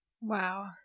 Wow